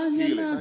healing